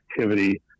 activity